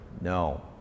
No